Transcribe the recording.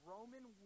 Roman